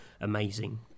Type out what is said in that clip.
amazing